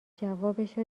جوابشو